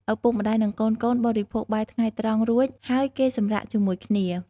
ឪពុកម្ដាយ និងកូនៗបរិភោគបាយថ្ងៃត្រង់ រួចហើយគេសម្រាកជាមួយគ្នា។